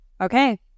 Okay